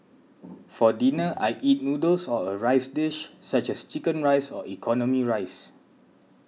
for dinner I eat noodles or a rice dish such as Chicken Rice or economy rice